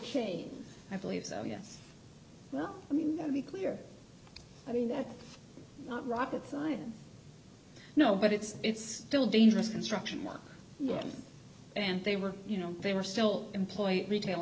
case i believe so yes well i mean to be clear i mean that not rocket science no but it's it's still dangerous construction work and they were you know they were still employed retail